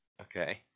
Okay